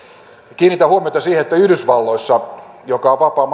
kiinnitän huomiota siihen että yhdysvalloissa jota on vapaan